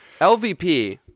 LVP